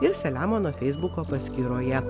ir selemono feisbuko paskyroje